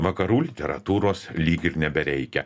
vakarų literatūros lyg ir nebereikia